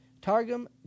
Targum